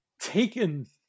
taken